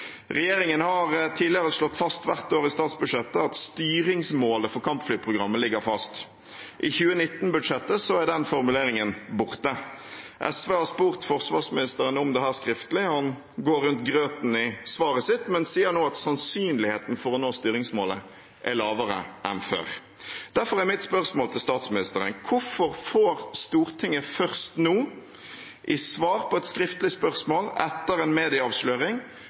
Regjeringen har hvert år tidligere slått fast i statsbudsjettet at styringsmålet for kampflyprogrammet ligger fast. I 2019-budsjettet er den formuleringen borte. SV har spurt forsvarsministeren om dette skriftlig. Han går rundt grøten i svaret sitt, men sier nå at sannsynligheten for å nå styringsmålet er lavere enn før. Derfor er mitt spørsmål til statsministeren: Hvorfor får Stortinget først nå, i et svar på et skriftlig spørsmål etter en medieavsløring,